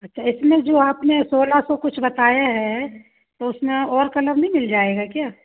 अच्छा इसमें जो आपने सोलह सौ कुछ बताया है तो उसमें और कलर नहीं मिल जाएगा क्या